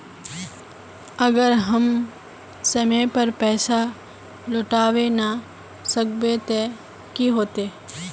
अगर हम समय पर पैसा लौटावे ना सकबे ते की होते?